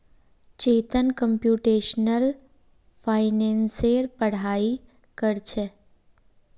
Chetan computational फाइनेंसेर पढ़ाई कर छेक